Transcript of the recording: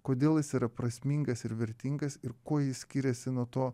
kodėl jis yra prasmingas ir vertingas ir kuo jis skiriasi nuo to